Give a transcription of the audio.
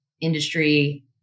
industry